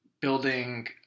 building